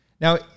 Now